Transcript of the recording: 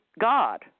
God